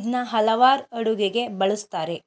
ಇದ್ನ ಹಲವಾರ್ ಅಡುಗೆಗೆ ಬಳುಸ್ತಾರೆ